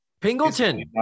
Pingleton